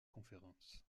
conference